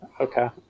Okay